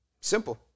Simple